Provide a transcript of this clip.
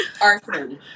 Arthur